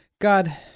God